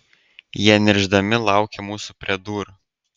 jie niršdami laukė mūsų prie durų